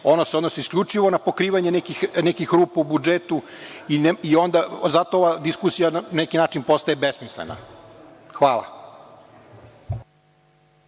ono se odnosi isključivo na pokrivanje nekih rupa u budžetu i onda zato ova diskusija na neki način postaje besmislena. Hvala.